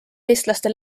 eestlaste